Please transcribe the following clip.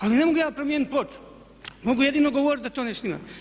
Ali ne mogu ja promijeniti ploču, mogu jedino govoriti da to ne štima.